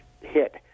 hit